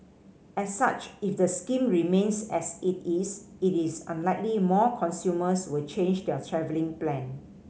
as such if the scheme remains as it is it is unlikely more consumers will change their travelling plan